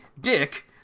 Dick